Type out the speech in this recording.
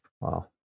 wow